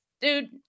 dude